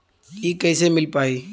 इ कईसे मिल पाई?